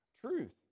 truth